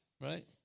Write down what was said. right